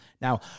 Now